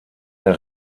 der